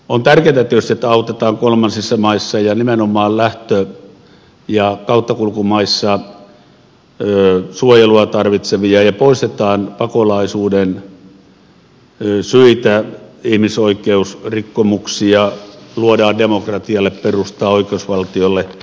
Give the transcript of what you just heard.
on tärkeätä jos sitten autetaan kolmansissa maissa ja nimenomaan lähtö ja kauttakulkumaissa suojelua tarvitsevia ja poistetaan pakolaisuuden syitä ihmisoikeusrikkomuksia luodaan demokratialle perustaa oikeusvaltiolle